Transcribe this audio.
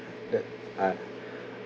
that I